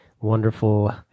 wonderful